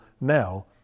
now